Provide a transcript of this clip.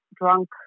drunk